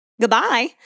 Goodbye